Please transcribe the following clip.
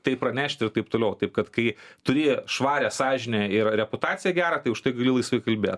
tai pranešti ir taip toliau taip kad kai turi švarią sąžinę ir reputacijq gerq tai už tai gali laisvai kalbėt